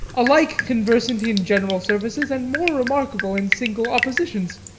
alike conversant in general services, and more remarkable in single oppositions.